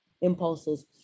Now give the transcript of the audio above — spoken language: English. impulses